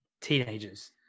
teenagers